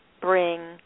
bring